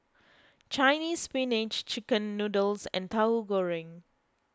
Chinese Spinach Chicken Noodles and Tauhu Goreng